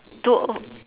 two O